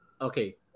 Okay